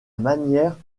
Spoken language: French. manière